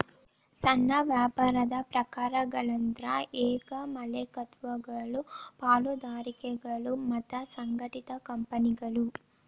ಸಣ್ಣ ವ್ಯಾಪಾರದ ಪ್ರಕಾರಗಳಂದ್ರ ಏಕ ಮಾಲೇಕತ್ವಗಳು ಪಾಲುದಾರಿಕೆಗಳು ಮತ್ತ ಸಂಘಟಿತ ಕಂಪನಿಗಳು